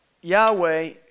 Yahweh